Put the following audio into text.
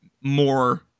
more